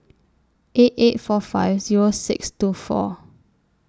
eight eight four five Zero six two four